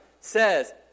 says